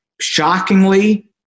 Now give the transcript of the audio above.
shockingly